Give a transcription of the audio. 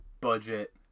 budget